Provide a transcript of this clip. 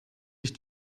ich